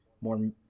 more